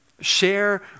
Share